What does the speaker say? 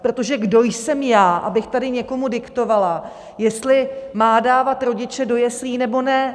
Protože kdo jsem já, abych tady někomu diktovala, jestli má dávat děti do jeslí, nebo ne?